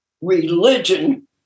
religion